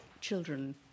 children